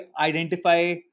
identify